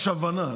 יש הבנה,